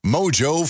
Mojo